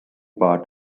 part